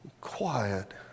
quiet